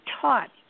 Taught